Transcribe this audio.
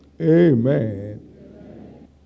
Amen